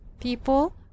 PEOPLE